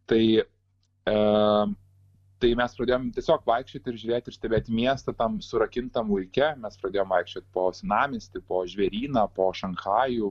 tai a tai mes pradėjom tiesiog vaikščioti ir žiūrėti ir stebėti miestą tam surakintam laike mes pradėjom vaikščiot po senamiestį po žvėryną po šanchajų